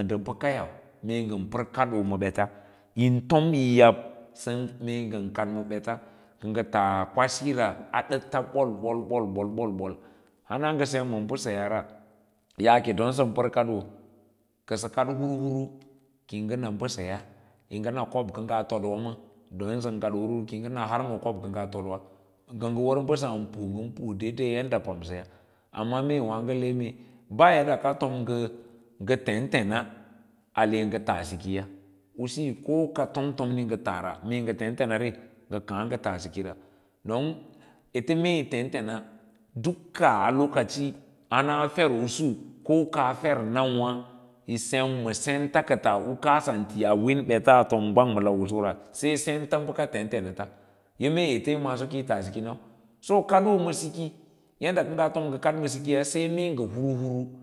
nda baka yab mee ngan par kadoo ma bets an tom yi yab mee ngan pa kadama bets ka nga nga tas kwasi a nga sm ma mbasyas rah ana nga sem ma mbasayas ra yaake don san par kaoo ka sa kad hurhur kiyi ng ana mbasayas yi ng ana kob ka ngaa tadwa ma don don kad hurhur kiyi na har ma kobka ngaa pu daidai yadda pamsaya amma mee nwaag le mee ba yadda ka ngas tom nga lenlens ale nga taa sikiya usiyo ko ka tomtmr nga taara mee nga tenteanri nga kaa nga taa sikira don ete mee yi tetens duka a lokacin hana fev usu o kaa fernawa yi sem ma sents kata u kaas an ti a win bets a tom gwng a lau usura sai sent baka tentena ye mee ets ma siki yadda ka ngaa tomnga kas ma sikiya pa sai mai nga hurhur.